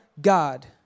God